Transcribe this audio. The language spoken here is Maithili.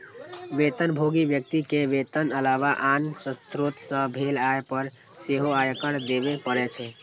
वेतनभोगी व्यक्ति कें वेतनक अलावा आन स्रोत सं भेल आय पर सेहो आयकर देबे पड़ै छै